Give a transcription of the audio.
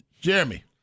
Jeremy